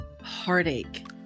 heartache